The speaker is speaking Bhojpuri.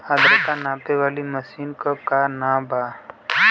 आद्रता नापे वाली मशीन क का नाव बा?